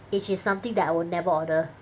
which is something that I will never order